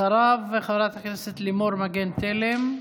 אחריו, חברת הכנסת לימור מגן תלם.